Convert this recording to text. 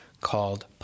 called